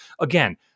Again